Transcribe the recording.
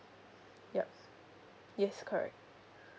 yup yes correct